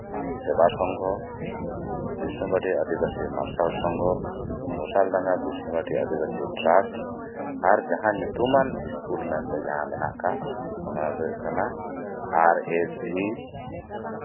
ᱥᱮᱵᱟ ᱥᱚᱝᱜᱷᱚ ᱵᱤᱥᱱᱩᱵᱟᱴᱤ ᱟᱫᱤᱵᱟᱹᱥᱤ ᱢᱟᱨᱥᱟᱞ ᱥᱚᱝᱜᱷᱚ ᱜᱳᱥᱟᱞ ᱰᱟᱝᱜᱟ ᱟᱹᱫᱤᱵᱟᱥᱤ ᱴᱨᱟᱥᱴ ᱟᱨ ᱡᱟᱸᱦᱟ ᱧᱩᱛᱩᱢᱟᱱ ᱤᱥᱠᱩᱞ ᱢᱮᱱᱛᱮ ᱡᱟᱸᱦᱟ ᱢᱮᱱᱟᱜ ᱠᱟᱜ ᱚᱱᱟ ᱫᱚ ᱦᱩᱭᱩᱜ ᱠᱟᱱᱟ ᱟᱨ ᱮᱥ ᱵᱷᱤ